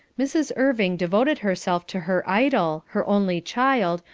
mrs. irving devoted herself to her idol, her only child,